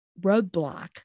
roadblock